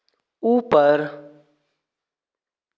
ऊपर